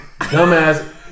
Dumbass